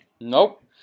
Nope